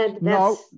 No